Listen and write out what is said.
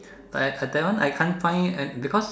uh that one I can't find and because